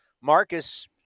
Marcus